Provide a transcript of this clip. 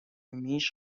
میش